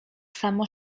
samo